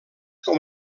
com